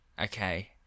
Okay